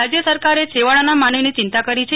રાજય સરકારે છેવાડાના માનવીની ચિંતા કરી છે